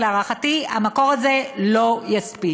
אבל, להערכתי, המקור הזה לא יספיק.